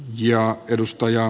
arvoisa puhemies